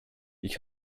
ich